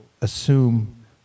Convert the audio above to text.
assume